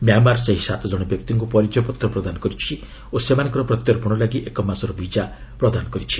Myanmar ସେହି ସାତ ଜଣ ବ୍ୟକ୍ତିଙ୍କୁ ପରିଚୟପତ୍ର ପ୍ରଦାନ କରିଛନ୍ତି ଓ ସେମାନଙ୍କର ପ୍ରତ୍ୟର୍ପଣ ଲାଗି ଏକ ମାସର ବିଜା ପ୍ରଦନା କରିଛନ୍ତି